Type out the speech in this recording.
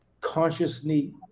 consciously